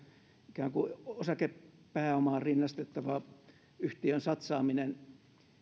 ikään kuin osakepääomaan rinnastettava yhtiöön satsaaminen